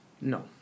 no